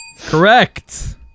Correct